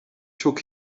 took